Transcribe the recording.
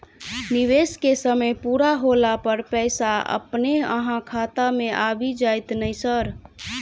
निवेश केँ समय पूरा होला पर पैसा अपने अहाँ खाता मे आबि जाइत नै सर?